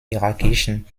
irakischen